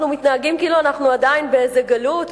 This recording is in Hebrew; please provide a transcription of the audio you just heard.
אנחנו מתנהגים כאילו אנחנו עדיין באיזה גלות,